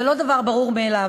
זה לא דבר ברור מאליו,